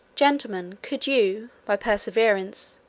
gentlemen, could you, by perseverance,